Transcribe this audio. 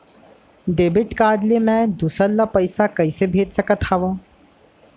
Debit card ले मैं दूसर ला पइसा कइसे भेज सकत हओं?